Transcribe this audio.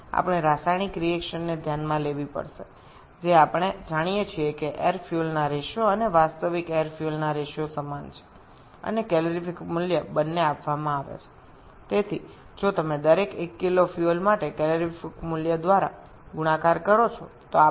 এখন আমাদের রাসায়নিক প্রতিক্রিয়াটি বিবেচনা করতে হবে আমরা জানি বায়ু ও জ্বালানী অনুপাতটি প্রকৃত বায়ু ও জ্বালানির অনুপাতের সমান এবং ক্যালোরিফিক মান উভয়ই দেওয়া আছে